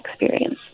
experience